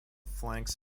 flanks